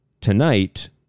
tonight